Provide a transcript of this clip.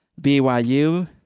BYU